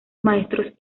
maestros